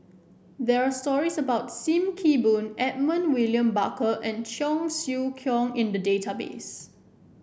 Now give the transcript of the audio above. there are stories about Sim Kee Boon Edmund William Barker and Cheong Siew Keong in the database